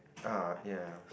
ah ya